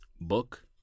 Book